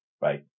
right